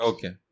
Okay